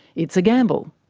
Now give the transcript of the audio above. it's a gamble.